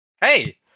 Hey